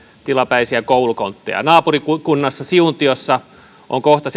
tilapäisiä koulukontteja naapurikunnassa siuntiossa on kohta